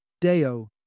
Deo